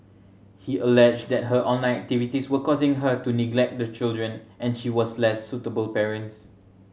he alleged that her online activities were causing her to neglect the children and she was a less suitable parents